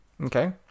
Okay